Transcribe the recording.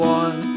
one